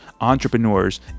entrepreneurs